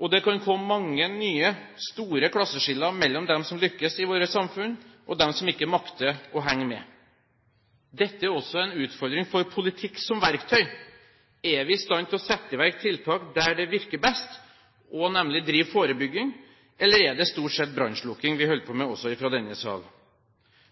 og det kan komme mange nye, store klasseskiller mellom de som lykkes i samfunnet vårt, og de som ikke makter å henge med. Dette er også en utfordring for politikk som verktøy. Er vi i stand til å sette i verk tiltak der de virker best, nemlig å drive forebygging, eller er det stort sett brannslukking vi holder på med, også fra denne sal?